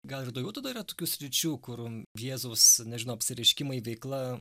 gal ir daugiau tada yra tokių sričių kur jėzaus nežinau apsireiškimai veikla